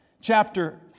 chapter